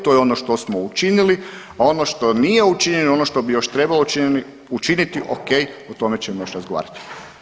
To je ono što smo učinili, a ono što nije učinjeno, ono što bi još trebalo učiniti okej o tome ćemo još razgovarati.